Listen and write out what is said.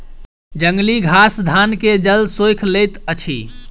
जंगली घास धान के जल सोइख लैत अछि